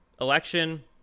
election